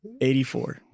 84